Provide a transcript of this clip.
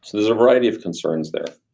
there's a variety of concerns there